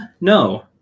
No